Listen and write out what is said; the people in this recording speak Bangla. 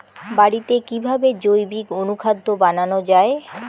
বাড়িতে কিভাবে জৈবিক অনুখাদ্য বানানো যায়?